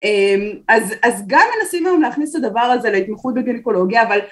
אז גם מנסים היום להכניס את הדבר הזה להתמיכות בגליקולוגיה אבל